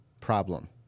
problem